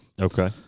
Okay